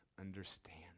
understand